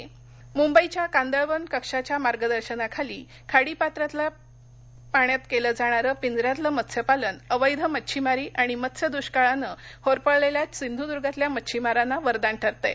कांदळवन संरक्षण मुंबईच्या कांदळवन कक्षाच्या मार्गदर्शनाखाली खाडीपात्रातल्या पाण्यात केल जाणार पिंजऱ्यातल मत्स्यपालन अवैध मचिछमारी आणि मत्स्य् दुष्काळाने होरपळलेल्या सिंधुदुर्गातल्या मच्छिमारांना वरदान ठरतंय